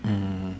mm